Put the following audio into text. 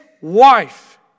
wife